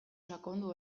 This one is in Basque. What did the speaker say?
sakondu